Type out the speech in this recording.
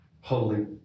holy